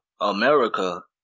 America